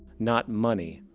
not money,